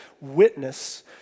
witness